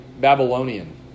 Babylonian